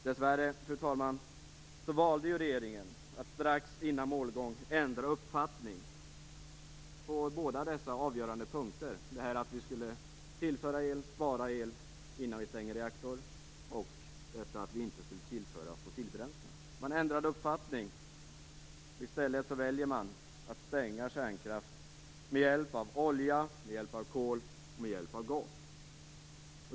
Dessvärre, fru talman, valde regeringen att strax före målgång ändra uppfattning på båda dessa avgörande punkter, alltså att vi skulle tillföra el och spara el innan vi stänger reaktorer. Vi skulle inte heller tillföra fossilbränslen. Regeringen ändrade uppfattning. I stället väljer regeringen att stänga kärnkraftsreaktorer för att i stället använda olja, kol och gas.